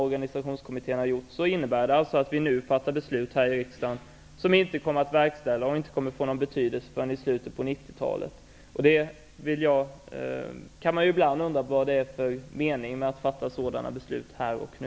Organisationskommitténs uppfattning innebär det alltså att vi nu fattar beslut här i riksdagen som inte kommer att verkställas och som inte kommer att få någon betydelse förrän i slutet av 90-talet. Man kan undra vad det är för mening med att fatta sådana beslut här och nu.